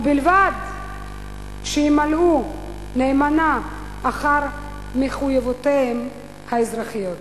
ובלבד שימלאו נאמנה אחר מחויבותם האזרחית.